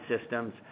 systems